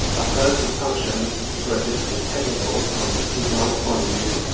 but those assumptions, this is where it gets a bit technical from an economic point of view,